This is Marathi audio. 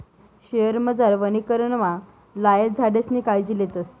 शयेरमझार वनीकरणमा लायेल झाडेसनी कायजी लेतस